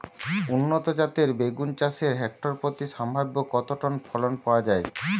উন্নত জাতের বেগুন চাষে হেক্টর প্রতি সম্ভাব্য কত টন ফলন পাওয়া যায়?